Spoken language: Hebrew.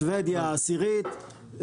שבדיה עשירית,